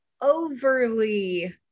overly